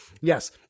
Yes